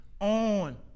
on